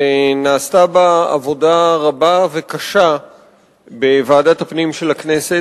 ונעשתה בה עבודה רבה וקשה בוועדת הפנים של הכנסת.